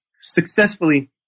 successfully